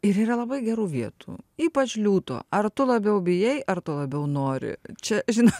ir yra labai gerų vietų ypač liūto ar tu labiau bijai ar tu labiau nori čia žinot